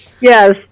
Yes